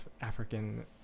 african